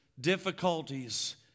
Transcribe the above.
difficulties